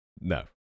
No